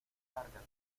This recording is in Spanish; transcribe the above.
largas